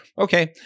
okay